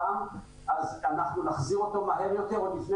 אז אנחנו נחזיר אותו מהר יותר עוד לפני